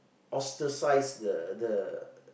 ostracised the the